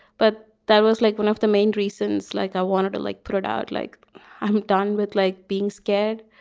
but that was like one of the main reasons. like, i wanted to, like, put it out like i'm done with, like being scared.